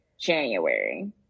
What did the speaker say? January